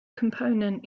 component